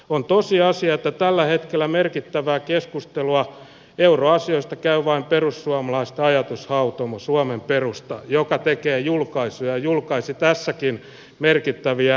on tosiasia että tällä hetkellä merkittävää keskustelua euroasioista käy vain perussuomalaisten ajatushautomo suomen perusta joka tekee julkaisuja ja julkaisi tässäkin merkittäviä professoritason esityksiä